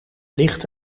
licht